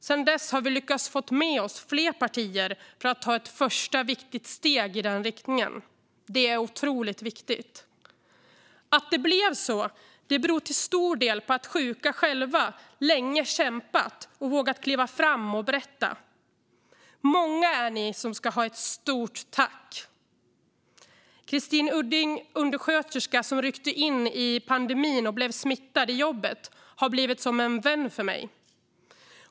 Sedan dess har vi lyckats få med oss flera partier för att ta ett första viktigt steg i den riktningen. Det är otroligt viktigt. Att det blev så beror till stor del på att sjuka själva länge kämpat och vågat kliva fram och berätta. Många är de som ska ha ett stort tack. Christine Udding är en undersköterska som ryckte in i pandemin och blev smittad i jobbet. Hon har blivit som en vän för mig.